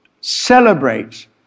celebrate